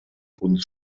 punt